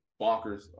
bonkers